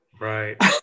Right